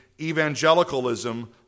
evangelicalism